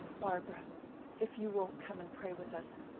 barbara if you won't come and pray with us,